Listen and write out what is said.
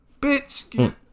Bitch